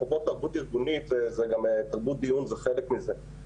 אפרופו תרבות ארגונית - גם תרבות דיון היא חלק מזה.